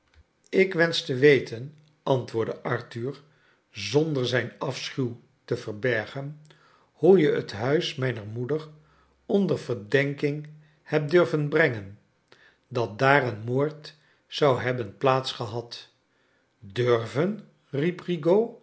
ik wensch te we ten antwoordde arthur zonder zijn afschuw te verbergen hoe je het huis mijner moeder onder verdenking hebt durven brengen dat daar een moord zou hebben plaats gehad durven